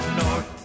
north